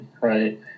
right